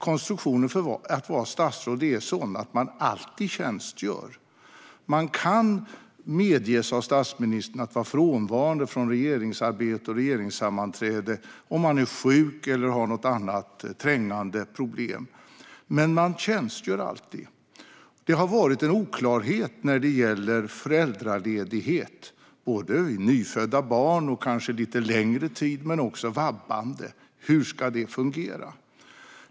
Konstruktionen för att vara statsråd är sådan att man alltid tjänstgör. Man kan av statsministern medges att vara frånvarande från regeringsarbete och regeringssammanträde om man är sjuk eller har något annat trängande problem, men man tjänstgör alltid. Det har varit en oklarhet när det gäller föräldraledighet. Detta gäller i samband med nyfödda barn och kanske lite längre tid men också vabbande; hur ska det fungera?